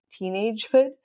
teenagehood